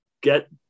get